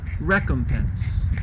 recompense